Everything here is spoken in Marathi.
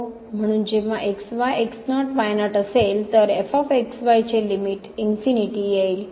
म्हणून जेंव्हा x y x0 y0 असेल तर f x y चे लिमिट इनफीनीटी येईल